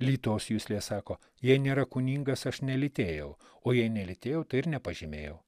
lytos juslės sako jei nėra kūningas aš nelytėjau o jei nelytėjau tai ir nepažymėjau